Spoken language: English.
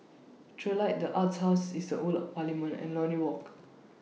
Trilight The Arts House IS The Old Parliament and Lornie Walk